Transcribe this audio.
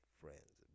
friends